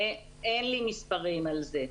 אין לי מספרים על זה.